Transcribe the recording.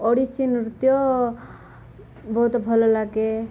ଓଡ଼ିଶୀ ନୃତ୍ୟ ବହୁତ ଭଲ ଲାଗେ